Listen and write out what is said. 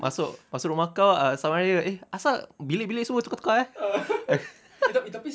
masuk masuk rumah kau selamat hari raya eh asal bilik-bilik semua tukar-tukar eh